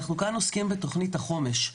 אנחנו עוסקים כאן בתוכנית החומש,